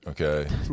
Okay